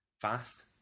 fast